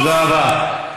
תודה רבה.